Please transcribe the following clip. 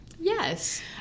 Yes